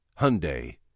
Hyundai